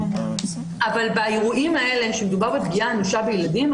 אבל באירועים האלה כשמדובר בפגיעה אנושה בילדים,